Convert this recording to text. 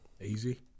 Easy